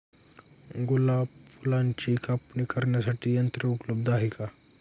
गुलाब फुलाची कापणी करण्यासाठी यंत्र उपलब्ध आहे का?